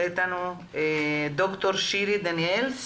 ד"ר שירי דניאלס.